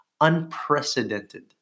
Unprecedented